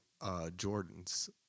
Jordans